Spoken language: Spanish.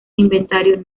inventario